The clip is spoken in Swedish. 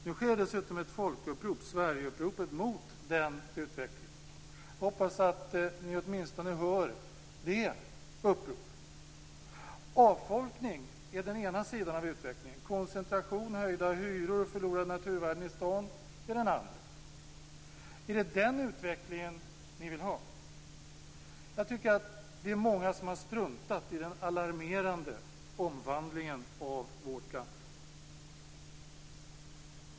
Nu sker det dessutom ett folkupprop, Sverigeuppropet, mot den utvecklingen. Jag hoppas att ni åtminstone hör det uppropet. Avfolkning är den ena sidan av utvecklingen, koncentration, höjda hyror och förlorade naturvärden är den andra. Är det den utvecklingen som ni vill ha? Det är många som har struntat i den alarmerande omvandlingen av vårt land.